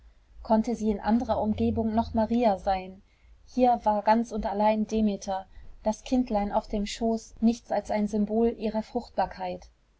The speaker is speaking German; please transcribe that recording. konnte sie in anderer umgebung noch maria sein hier war ganz und allein demeter das kindlein auf dem schoß nichts als ein symbol ihrer fruchtbarkeit